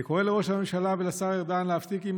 אני קורא לראש הממשלה ולשר ארדן להפסיק עם